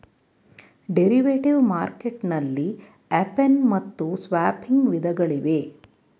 derivative market ನಲ್ಲಿ option ಮತ್ತು swapping ವಿಧಗಳಿವೆ